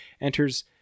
enters